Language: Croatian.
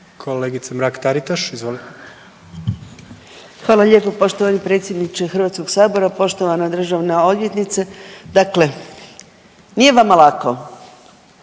izvolite. **Mrak-Taritaš, Anka (GLAS)** Hvala lijepo poštovani predsjedniče HS-a, poštovana državna odvjetnice. Dakle, nije vama lako.